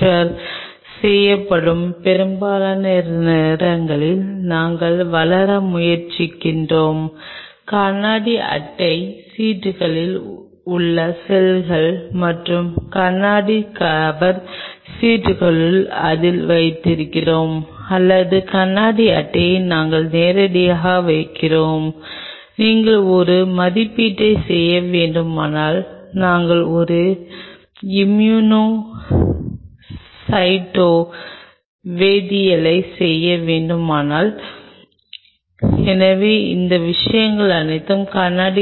2 நிலை தொடர்பு இருக்கும் நீங்கள் செய்ய வேண்டிய ஒரு தொடர்பு தனிப்பட்ட கொலாஜன் மூலக்கூறுகளுக்கு இடையில் உள்ளது அவை நிகழும் ஒரு தொகுப்பு உள்ளது அவை அவற்றை நெருங்கி வரும் அதேசமயம் இரண்டாவது நிலை தொடர்பு உள்ளது இது மேற்பரப்பு வெளிப்படும் இது நான் காண்பிக்கும் இது உங்களுக்கு மிகவும் முக்கியமான மேற்பரப்பு ஏனென்றால் செல்கள் தொடர்பு